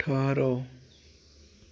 ٹھٔہرو